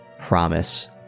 promise